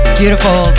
beautiful